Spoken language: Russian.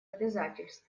обязательств